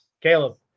Caleb